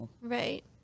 right